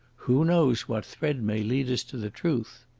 who knows what thread may lead us to the truth?